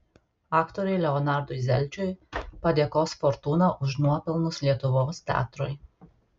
aktoriui leonardui zelčiui padėkos fortūna už nuopelnus lietuvos teatrui